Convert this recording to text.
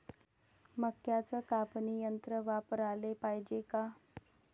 मक्क्याचं कापनी यंत्र वापराले पायजे का?